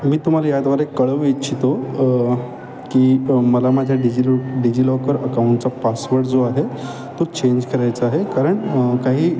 मी तुम्हाला याद्वारे कळवू इच्छितो की मला माझ्या डिजिलो डिजिलॉकर अकाऊंटचा पासवर्ड जो आहे तो चेंज करायचा आहे कारण काही